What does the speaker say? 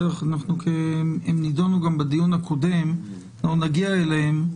הן נדונו גם בדיון הקודם ונגיע אליהן.